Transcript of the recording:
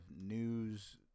news